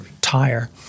Tire